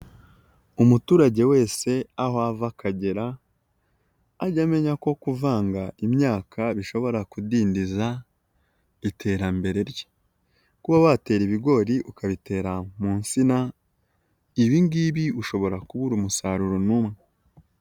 Umuturage wese aho ava akagera, ajya amenya ko kuvanga imyaka bishobora kudindiza iterambere rye, kuba watera ibigori ukabitera munsina ibingibi ushobora kubura umusaruro n'umwe.